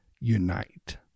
unite